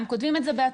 הם כותבים את זה בעצמם,